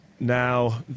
Now